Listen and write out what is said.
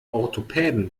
orthopäden